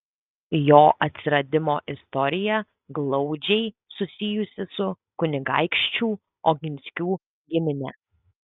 jo atsiradimo istorija glaudžiai susijusi su kunigaikščių oginskių gimine